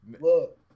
look